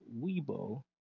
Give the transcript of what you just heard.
Weibo